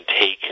take